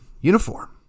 uniform